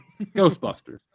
Ghostbusters